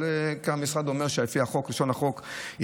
אבל המשרד אומר שלפי לשון החוק,